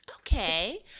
Okay